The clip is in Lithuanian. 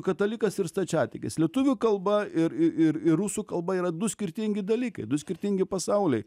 katalikas ir stačiatikis lietuvių kalba ir i ir ir rusų kalba yra du skirtingi dalykai du skirtingi pasauliai